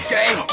Game